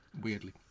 weirdly